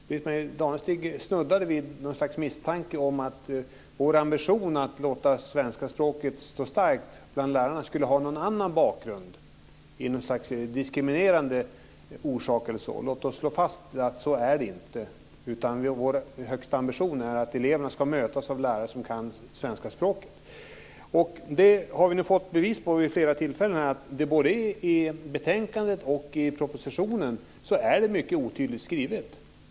Men Britt-Marie Danestig snuddade vid ett slags misstanke om att vår ambition när det gäller att låta svenska språket stå starkt bland lärarna skulle ha en annan bakgrund - ett slags diskriminerande orsak eller så. Låt oss slå fast att så är det inte. Vår högsta ambition är att eleverna ska mötas av lärare som kan svenska språket. Vid flera tillfällen har vi nu fått bevis här på att det både i betänkandet och i propositionen är mycket otydliga skrivningar.